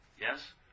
Yes